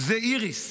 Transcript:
זה איריס.